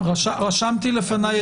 עוקב אחרי אנשים,